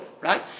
right